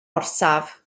orsaf